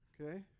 Okay